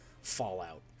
Fallout